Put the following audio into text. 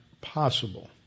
possible